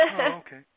Okay